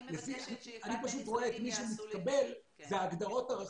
אני פשוט רואה את מי שמתקבל, זה ההגדרות הרחבות.